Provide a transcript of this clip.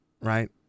right